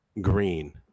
green